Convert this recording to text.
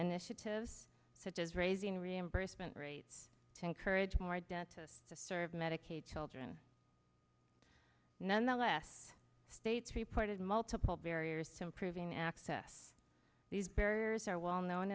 initiatives such as raising reimbursement rates to encourage more debt to to serve medicaid children nonetheless states reported multiple barriers to improving access these barriers are well known